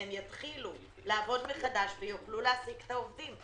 הם יתחילו לעבוד מחדש ויוכלו להעסיק את העובדים.